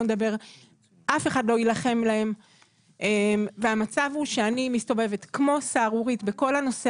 נדבר אף אחד לא יילחם להם והמצב הוא שאני מסתובבת כמו סהרורית בכל הנושא